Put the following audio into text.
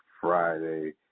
Friday